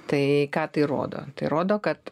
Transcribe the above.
tai ką tai rodo tai rodo kad